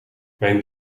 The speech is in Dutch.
mijn